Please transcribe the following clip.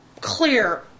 clear